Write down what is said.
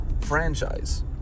Franchise